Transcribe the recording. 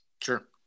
Sure